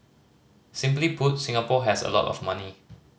simply put Singapore has a lot of money